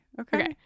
Okay